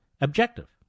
objective